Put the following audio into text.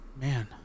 man